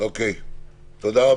תודה.